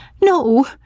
no